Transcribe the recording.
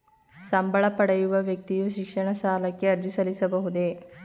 ಸಂಬಳ ಪಡೆಯುವ ವ್ಯಕ್ತಿಯು ಶಿಕ್ಷಣ ಸಾಲಕ್ಕೆ ಅರ್ಜಿ ಸಲ್ಲಿಸಬಹುದೇ?